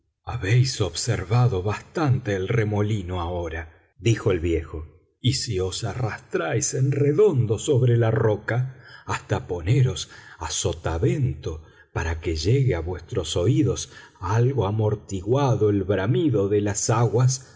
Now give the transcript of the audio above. habéis observado bastante el remolino ahora dijo el viejo y si os arrastráis en redondo sobre la roca hasta poneros a sotavento para que llegue a vuestros oídos algo amortiguado el bramido de las aguas